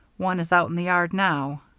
one is out in the yard now.